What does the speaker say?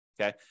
okay